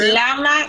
כן, מאוד מנצנץ.